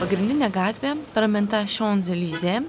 pagrindinė gatvė praminta šanzelizė